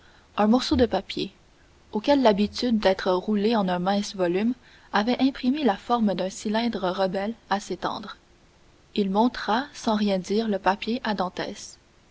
un morceau de papier auquel l'habitude d'être roulé en un mince volume avait imprimé la forme d'un cylindre rebelle à s'étendre il montra sans rien dire le papier à